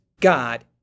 God